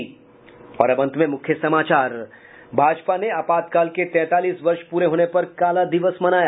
और अब अंत में मुख्य समाचार भाजपा ने आपातकाल के तैंतालीस वर्ष प्रे होने पर काला दिवस मनाया